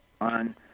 on